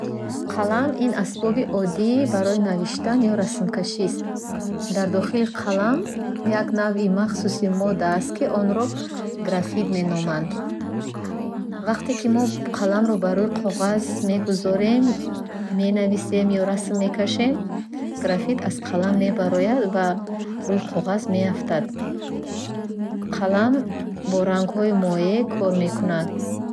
Қалам — ин асбоби оддӣ барои навиштан ва расмкашист. Дар дохили қалам як навъи махсуси модда аст, ки онро графит меноманд. Вақте ки мо қаламро ба рӯи қоғаз мегузорем, менависем ё мекашем, графит аз қалам мебарояд ва рӯи қоғаз меафтад. Қалам, бо рангҳои моеъ кор мекунад,